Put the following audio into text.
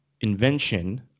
invention